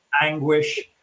anguish